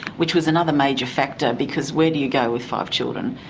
which was another major factor because where do you go with five children?